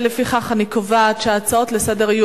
ולפיכך אני קובעת שההצעות לסדר-היום